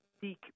seek